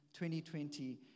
2020